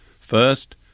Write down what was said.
First